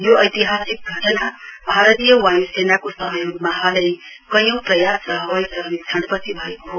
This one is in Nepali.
यो ऐतिहासिक घटना भारतीय वाय् सेनाको सहयोगमा हालै कैयौं प्रयास र हवाई सर्वेक्षण पछि भएको हो